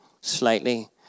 Slightly